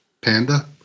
Panda